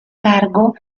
cargo